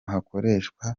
hakoreshwa